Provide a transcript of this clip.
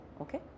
okay